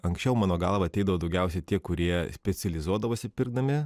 anksčiau mano galva ateidavo daugiausiai tie kurie specializuodavosi pirkdami